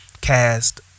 cast